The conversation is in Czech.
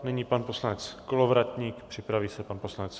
Nyní pan poslanec Kolovratník, připraví se pan poslanec Kupka.